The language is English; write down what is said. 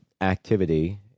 activity